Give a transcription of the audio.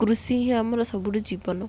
କୃଷି ହିଁ ଆମର ସବୁଠୁ ଜୀବନ